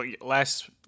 last